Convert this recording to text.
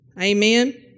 Amen